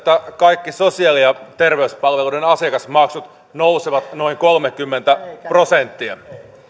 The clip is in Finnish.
kaikki sosiaali ja terveyspalveluiden asiakasmaksut nousevat noin kolmekymmentä prosenttia